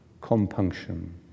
compunction